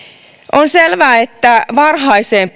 on selvää että varhaiseen